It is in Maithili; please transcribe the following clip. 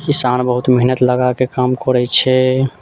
किसान बहुत मेहनत लगाके काम करैत छै